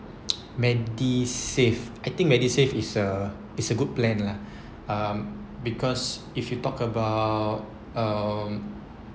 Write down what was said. medisave I think medisave is a is a good plan lah um because if you talk about um